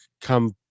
come